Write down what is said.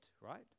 right